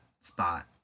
spot